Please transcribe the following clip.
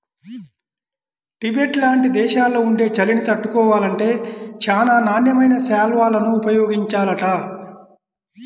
Tibet లాంటి దేశాల్లో ఉండే చలిని తట్టుకోవాలంటే చానా నాణ్యమైన శాల్వాలను ఉపయోగించాలంట